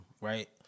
right